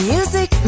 Music